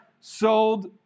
sold